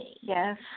Yes